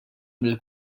mill